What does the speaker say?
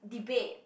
debate